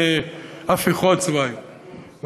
נערכות הפיכות צבאיות.